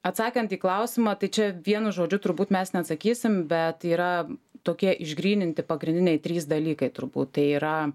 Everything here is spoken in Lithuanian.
atsakant į klausimą tai čia vienu žodžiu turbūt mes neatsakysim bet yra tokie išgryninti pagrindiniai trys dalykai turbūt tai yra